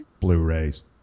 Blu-rays